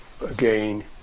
again